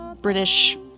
British